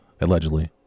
allegedly